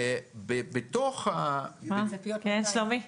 בתוך --- כן ,שלומי?